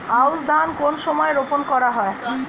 আউশ ধান কোন সময়ে রোপন করা হয়?